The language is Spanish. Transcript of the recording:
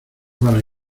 vale